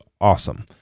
awesome